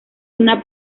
una